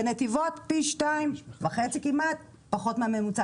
בנתיבות פי 2.5 כמעט פחות מהממוצע.